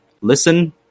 Listen